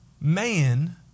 Man